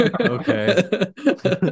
okay